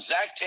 Zach